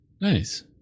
Nice